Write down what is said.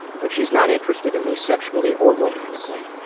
but she's not interested in me sexually or romantically.